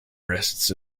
wrists